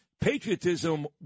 patriotism